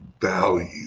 value